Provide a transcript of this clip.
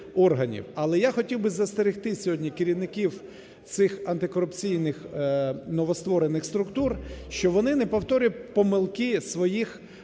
Але я хотів би застерегти сьогодні керівників цих антикорупційних новостворених структур, щоб вони не повторили помилки своїх попередників.